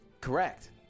Correct